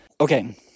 Okay